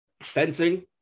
fencing